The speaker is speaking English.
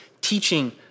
teaching